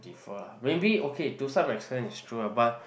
differ lah maybe okay to some extent it is true lah but